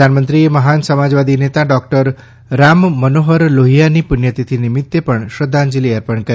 પ્રધાનમંત્રીએ મહાન સમાજવાદી નેતા ડોક્ટર રામ મનોહર લોહીયાની પુષ્યતિથી નિમિત્તે પણ શ્રધ્ધાંજલિ અર્પણ કરી